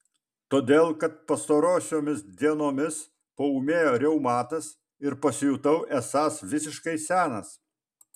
todėl kad pastarosiomis dienomis paūmėjo reumatas ir pasijutau esąs visiškai senas